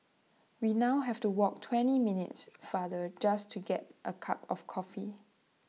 we now have to walk twenty minutes farther just to get A cup of coffee